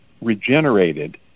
regenerated